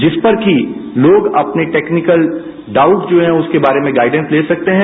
जिस पर कि लोग अपने टैक्निकल डाउट जो हैं उसके बारे में गाइडेन्स दे सकते हैं